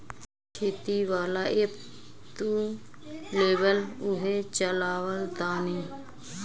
खेती वाला ऐप तू लेबऽ उहे चलावऽ तानी